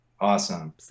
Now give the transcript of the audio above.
awesome